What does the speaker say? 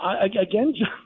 again